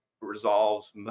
resolves